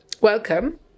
welcome